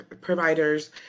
providers